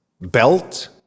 Belt